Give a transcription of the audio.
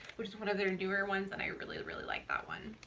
which is one of their newer ones and i really, ah really like that one.